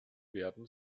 werden